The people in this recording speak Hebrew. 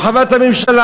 הרחבת הממשלה.